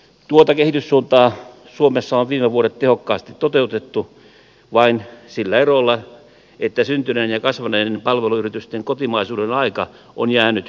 tuota kehityssuuntaa suomessa on viime vuodet tehokkaasti toteutettu vain sillä erolla että syntyneiden ja kasvaneiden palveluyritysten kotimaisuuden aika on jäänyt lyhyeksi